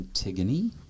Antigone